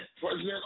President